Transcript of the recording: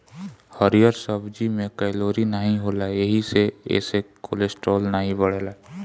हरिहर सब्जी में कैलोरी नाही होला एही से एसे कोलेस्ट्राल नाई बढ़ेला